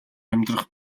амьдрах